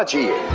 but you